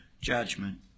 judgment